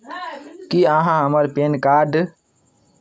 की अहाँ हमर PAN card